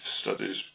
studies